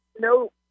no